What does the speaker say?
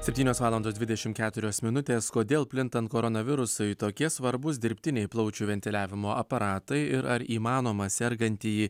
septynios valandos dvidešimt keturios minutės kodėl plintant koronavirusui tokie svarbūs dirbtiniai plaučių ventiliavimo aparatai ir ar įmanoma sergantįjį